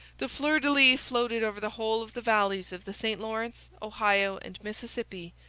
the fleurs-de-lis floated over the whole of the valleys of the st lawrence, ohio, and mississippi,